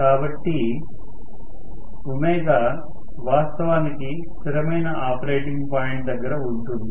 కాబట్టి ω వాస్తవానికి స్థిరమైన ఆపరేటింగ్ పాయింట్ దగ్గర ఉంటుంది